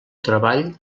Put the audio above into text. treball